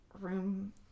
room